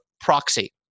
proxy